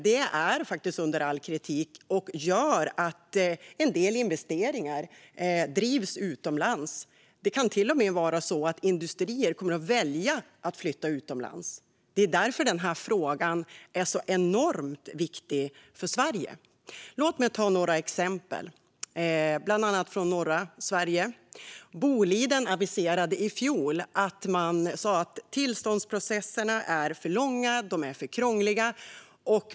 Det är faktiskt under all kritik och gör att en del investeringar drivs utomlands. Det kan till och med vara så att industrier kommer att välja att flytta utomlands. Det är därför den här frågan är så enormt viktig för Sverige. Låt mig ta några exempel, bland annat från norra Sverige. Boliden sa i fjol att tillståndsprocesserna är för långa och för krångliga.